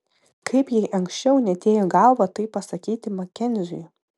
kaip jai anksčiau neatėjo į galvą tai pasakyti makenziui